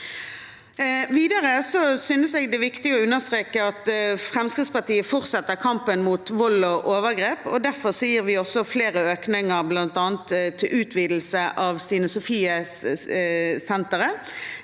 Videre synes jeg det er viktig å understreke at Fremskrittspartiet fortsetter kampen mot vold og overgrep, og derfor gir vi også flere økninger, bl.a. til utvidelse av Stine Sofie Senteret,